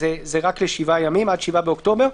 עד 7 באוקטובר.